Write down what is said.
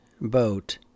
boat